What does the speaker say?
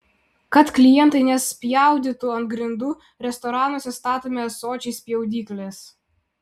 kad klientai nespjaudytų ant grindų restoranuose statomi ąsočiai spjaudyklės